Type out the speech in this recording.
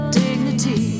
dignity